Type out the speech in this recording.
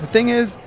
thing is,